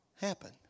happen